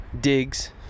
digs